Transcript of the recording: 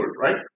right